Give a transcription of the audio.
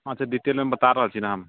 हँ से डिटेलमे बता रहल छी ने हम